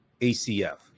ACF